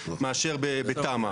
מאשר בתמ"א.